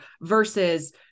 versus